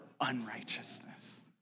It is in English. unrighteousness